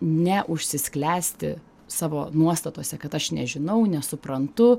ne užsisklęsti savo nuostatose kad aš nežinau nesuprantu